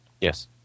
Yes